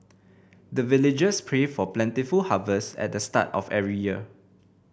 the villagers pray for plentiful harvest at the start of every year